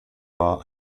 war